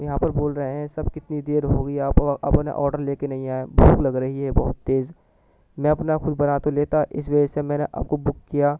یہاں پر بول رہے ہیں سب کتنی دیر ہو گئی ہے آپ اپںا آڈر لے کے نہیں آئے بھوک لگ رہی ہے بہت تیز میں اپنا خود بنا تو لیتا اس وجہ سے میں نے آپ کو بک کیا